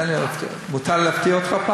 תן לי להפתיע אותך.